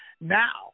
Now